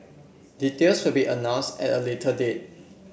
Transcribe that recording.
details will be announced at a later date